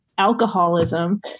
alcoholism